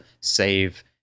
save